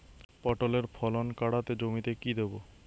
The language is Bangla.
পটলের ফলন কাড়াতে জমিতে কি দেবো?